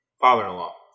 father-in-law